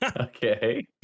Okay